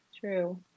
true